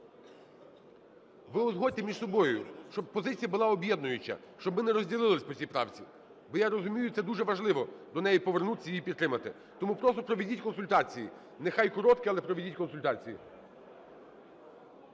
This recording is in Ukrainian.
Ви узгодьте між собою, щоб позиція була об'єднуюча, щоб ми не розділились по цій правці, бо я розумію, це дуже важливо, до неї повернутися і її підтримати. Тому просто проведіть консультації, нехай короткі, але проведіть консультації.